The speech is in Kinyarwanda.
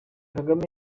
kagame